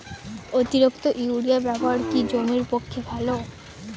অতিরিক্ত ইউরিয়া ব্যবহার কি জমির পক্ষে ভালো?